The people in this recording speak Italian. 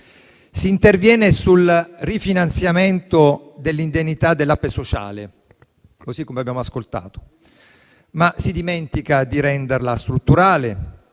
Si interviene sul rifinanziamento dell'indennità dell'Ape sociale - così come abbiamo ascoltato - ma si dimentica di renderla strutturale.